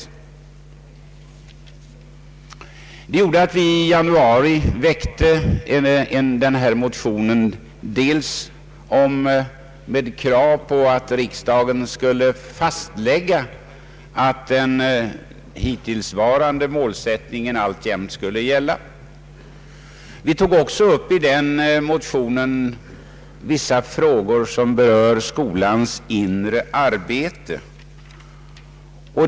Av denna anledning väckte vi i januari den motion jag här nämnt med krav på att riksdagen skulle fastslå, att den hit tillsvarande målsättningen alltjämt skulle gälla. Vi tog i denna motion också upp vissa frågor som berörde skolans inre arbete.